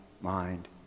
mind